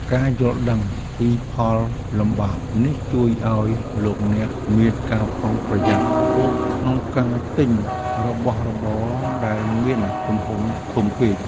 ការយល់ដឹងពីផលលំបាកនេះជួយឱ្យលោកអ្នកមានការប្រុងប្រយ័ត្នខ្ពស់ក្នុងការទិញរបស់របរដែលមានទំហំធំពេក។